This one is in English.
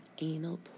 anal